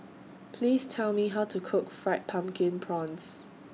Please Tell Me How to Cook Fried Pumpkin Prawns